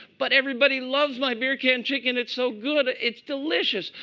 but everybody loves my beer can chicken. it's so good. it's delicious.